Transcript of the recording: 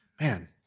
Man